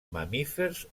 mamífers